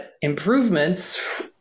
improvements